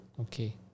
Okay